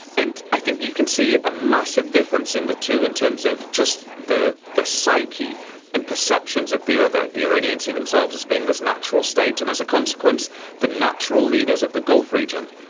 and i think you can see a massive difference in the two in terms of just the the psyche and perceptions of the other the iranians see themselves as being this natural state and as a consequence the natural leaders of the gulf region.